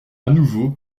nouveau